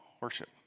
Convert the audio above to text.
worship